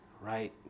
right